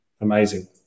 amazing